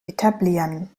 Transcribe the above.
etablieren